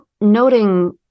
noting